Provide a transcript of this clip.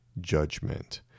judgment